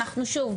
אנחנו שוב,